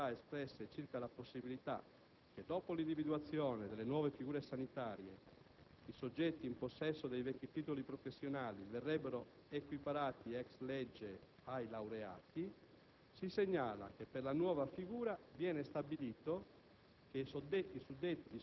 In merito alle perplessità espresse circa la possibilità che, dopo l'individuazione delle nuove figure sanitarie, i soggetti in possesso dei vecchi titoli professionali verrebbero equiparati *ex lege* ai laureati, si segnala che per la nuova figura viene stabilito